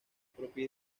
propia